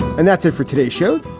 and that's it for today's show.